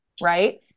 Right